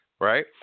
right